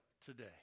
today